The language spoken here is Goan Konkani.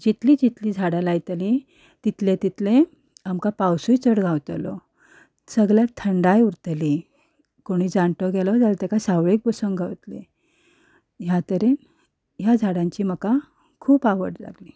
जितली जितली झाडां लायतलीं तितलें तितलें आमकां पावसूय चड गावतलो सगळ्याक थंडाय उरतली कोणीय जाणटो गेलो जाल्यार तेका सावळेक बसोंक गावतलें ह्या तरेन ह्या झाडांची म्हाका खूब आवड लागली